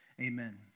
Amen